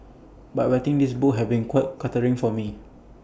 but writing this book has been quite cathartic for me